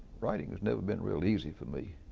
writing has never been real easy for me.